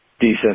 decent